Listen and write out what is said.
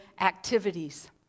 activities